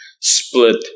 split